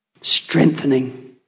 strengthening